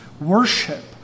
worship